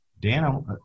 Dan